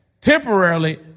Temporarily